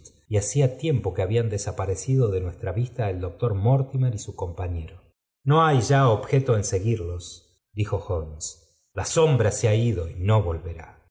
y haef tiempo que habían desaparecido de nuestra vista el doctor mortimer y su compañero no hay ya objeto en seguirlos dijo holmeá la sombra se ha ido y no volverá